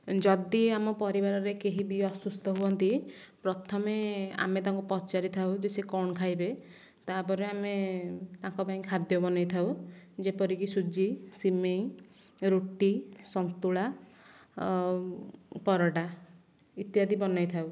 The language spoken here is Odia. ଯଦି ଆମ ପରିବାରରେ କେହି ବି ଅସୁସ୍ଥ ହୁଅନ୍ତି ପ୍ରଥମେ ଆମେ ତାଙ୍କୁ ପଚାରିଥାଉ ଯେ ସେ କ'ଣ ଖାଇବେ ତା'ପରେ ଆମେ ତାଙ୍କ ପାଇଁ ଖାଦ୍ୟ ବନେଇଥାଉ ଯେପରିକି ସୁଜି ସିମେଇ ରୁଟି ସନ୍ତୁଳା ଆଉ ପରଟା ଇତ୍ୟାଦି ବନେଇଥାଉ